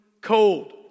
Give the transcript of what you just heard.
cold